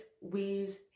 weaves